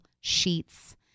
sheets